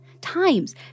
times